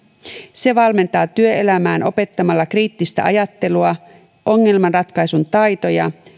se valmentaa työelämään opettamalla kriittistä ajattelua ongelmanratkaisutaitoja